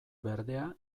berdea